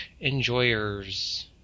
enjoyers